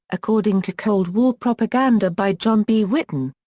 according to cold war propaganda by john b. whitton.